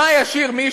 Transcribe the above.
מה ישאיר מי